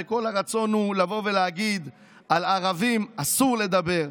וכל הרצון הוא לבוא ולהגיד: על ערבים אסור לדבר,